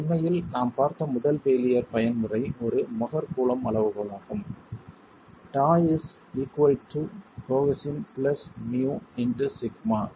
உண்மையில் நாம் பார்த்த முதல் பெய்லியர் பயன்முறை ஒரு மொஹர் கூலொம்ப் அளவுகோலாகும் tau is equal to cohesion plus mu into sigma